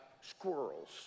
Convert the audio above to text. squirrels